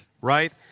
right